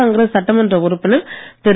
காங்கிரஸ் சட்டமன்ற உறுப்பினர் திரு